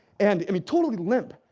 and i mean totally limp.